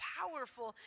powerful